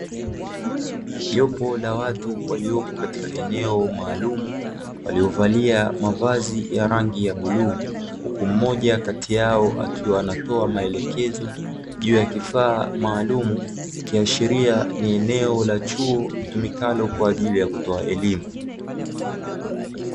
Jopo la watu waliopo katika eneo maalumu waliovalia mavazi ya rangi ya bluu, huku mmoja kati yao akiwa anatoa maelekezo juu ya kifaa maalumu ikiashiria ni eneo la chuo litumikalo kwa ajili ya kutoa elimu.